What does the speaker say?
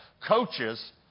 Coaches